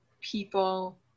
people